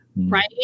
Right